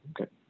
okay